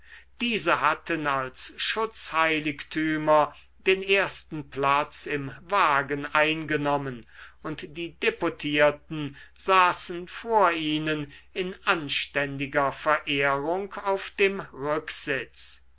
diese hatten als schutzheiligtümer den ersten platz im wagen eingenommen und die deputierten saßen vor ihnen in anständiger verehrung auf dem rücksitz